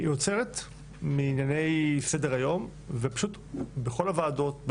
היא עוצרת את מלאכתה מענייני סדר היום ופשוט בכל הוועדות,